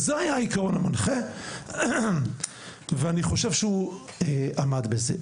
וזה היה העיקרון המנחה, ואני חושב שהוא עמד בזה.